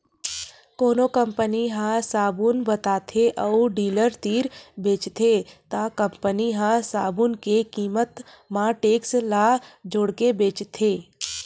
कोनो कंपनी ह साबून बताथे अउ डीलर तीर बेचथे त कंपनी ह साबून के कीमत म टेक्स ल जोड़के बेचथे